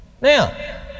Now